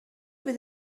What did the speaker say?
vous